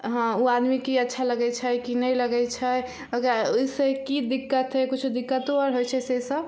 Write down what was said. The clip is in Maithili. हँ ओ आदमीके की अच्छा लगै छै कि नै लगै छै ओकरा एइ सँ की दिक्कत हइ कुछो दिक्कतोआर होइ छै से सब